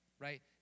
right